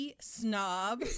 snob